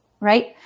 right